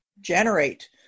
generate